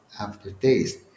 aftertaste